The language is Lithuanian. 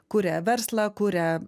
kuria verslą kuria